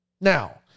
Now